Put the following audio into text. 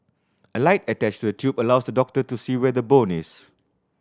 a light attached to the tube allows the doctor to see where the bone is